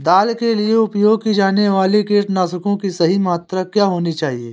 दाल के लिए उपयोग किए जाने वाले कीटनाशकों की सही मात्रा क्या होनी चाहिए?